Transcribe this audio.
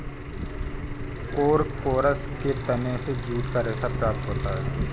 Corchorus के तने से जूट का रेशा प्राप्त होता है